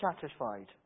satisfied